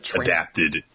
adapted